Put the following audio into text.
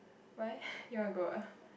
why you want to go ah